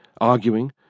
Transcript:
arguing